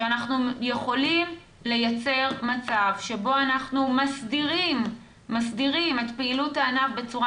שאנחנו יכולים לייצר מצב שבו אנחנו מסדירים את פעילות הענף בצורה